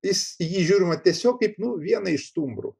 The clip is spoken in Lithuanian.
jis į jį žiūrima tiesiog kaip nu vieną iš stumbrų